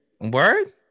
Word